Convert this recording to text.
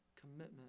commitment